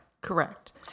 Correct